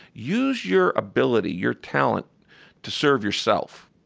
use your ability, your talent to serve yourself.